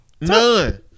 none